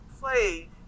play